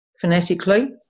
phonetically